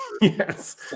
yes